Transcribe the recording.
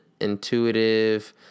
intuitive